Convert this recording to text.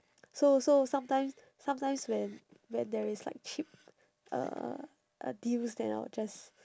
so so sometimes sometimes when when there is like cheap uh uh deals then I'll just